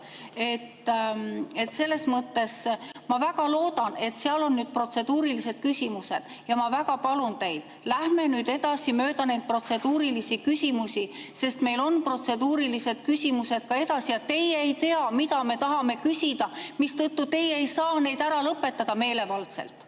Selles mõttes ma väga loodan, et seal on nüüd protseduurilised küsimused, ja ma väga palun teid, et läheme edasi mööda neid protseduurilisi küsimusi, sest meil on protseduurilised küsimused. Teie ei tea, mida me tahame küsida, mistõttu te ei saa neid meelevaldselt